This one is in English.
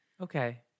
Okay